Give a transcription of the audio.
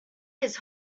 his